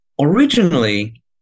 originally